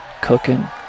cooking